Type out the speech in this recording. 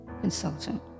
consultant